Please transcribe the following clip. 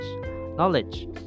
Knowledge